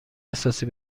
احساسی